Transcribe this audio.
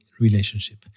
relationship